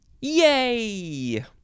yay